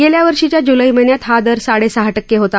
गेल्या वर्षीच्या ज्लै महिन्यात हा दर साडे सहा टक्के होता